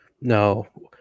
No